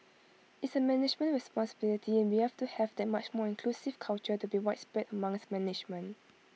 it's A management responsibility and we have to have that much more inclusive culture to be widespread amongst management